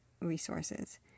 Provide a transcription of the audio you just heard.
resources